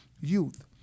youth